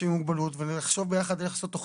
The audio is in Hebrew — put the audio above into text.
עם מוגבלות ונחשוב ביחד איך לעשות תכנית.